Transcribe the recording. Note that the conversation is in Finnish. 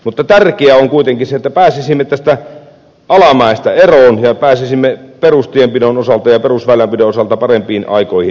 tärkeää on kuitenkin se että pääsisimme tästä alamäestä eroon ja pääsisimme perustienpidon osalta ja perusväylänpidon osalta parempiin aikoihin